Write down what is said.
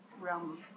realm